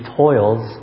toils